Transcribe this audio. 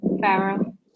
Pharaoh